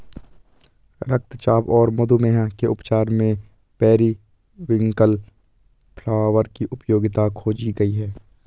रक्तचाप और मधुमेह के उपचार में पेरीविंकल फ्लावर की उपयोगिता खोजी गई है